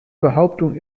behauptung